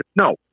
No